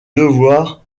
devoir